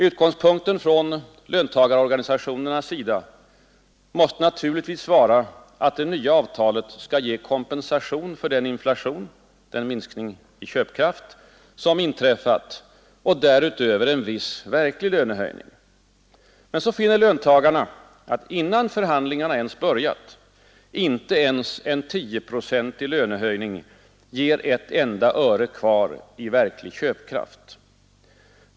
Utgångspunkten från löntagarorganisationernas sida måste naturligtvis vara att det nya avtalet skall ge kompensation för den inflation, den minskning i köpkraft, som inträffat och därutöver en viss verklig lönehöjning. Men så finner löntagarna — innan förhandlingarna ens börjat att inte ens en tioprocentig lönehöjning ger ett enda öre kvar i verklig köpkraft.